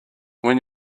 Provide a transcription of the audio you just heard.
when